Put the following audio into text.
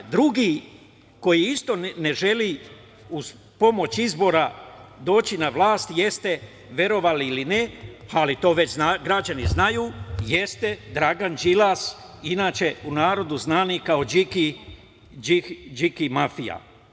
Drugi, koji isto ne želi uz pomoć izbora doći na vlast jeste, verovali ili ne, ali to već građani znaju, Dragan Đilas, u narodu znani kao "điki mafija"